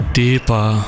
deeper